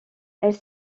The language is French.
elle